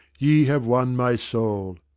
ye have won my soul.